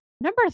Number